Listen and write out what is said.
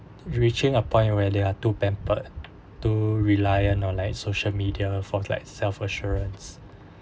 reaching a point where they are too pampered too reliant on like social media forms like self assurance